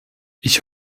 ich